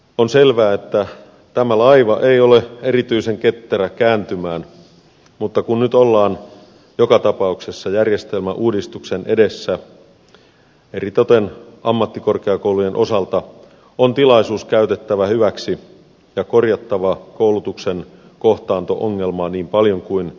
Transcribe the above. on selvää että tämä laiva ei ole erityisen ketterä kääntymään mutta kun nyt ollaan joka tapauksessa järjestelmän uudistuksen edessä eritoten ammattikorkeakoulujen osalta on tilaisuus käytettävä hyväksi ja korjattava koulutuksen kohtaanto ongelmaa niin paljon kuin mahdollista